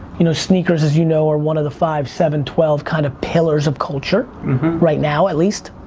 you know sneakers as you know are one of the five, seven, twelve kind of pillars of culture right now at least,